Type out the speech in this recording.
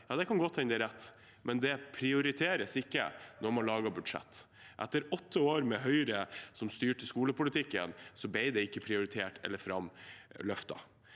kan godt hende er rett, men det prioriteres ikke når man lager budsjett. Etter åtte år da Høyre styrte skolepolitikken, ble det ikke prioritert eller løftet